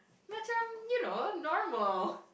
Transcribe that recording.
macam you know normal